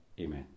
Amen